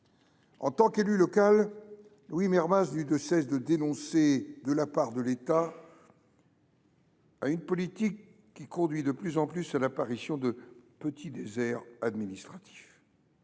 En tant qu’élu local, Louis Mermaz n’eut de cesse de dénoncer, de la part de l’État, « une politique qui […] conduit de plus en plus à l’apparition de petits déserts administratifs